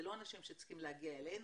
זה לא אנשים שצריכים להגיע אלינו,